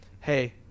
Hey